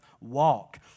walk